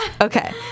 okay